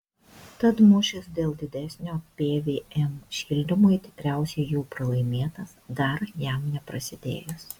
tad mūšis dėl didesnio pvm šildymui tikriausiai jau pralaimėtas dar jam neprasidėjus